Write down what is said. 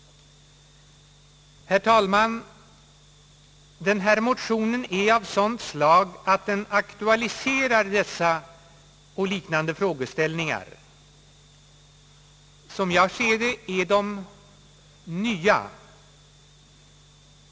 Herr talman! Denna motion är av sådant slag att den aktualiserar dessa och liknande frågeställningar. Som jag ser det är de nya.